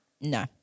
No